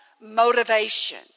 motivation